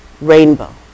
rainbow